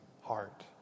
heart